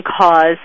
cause